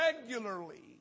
regularly